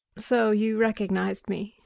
so you recognised me?